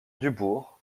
dubourg